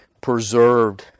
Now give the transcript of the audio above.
preserved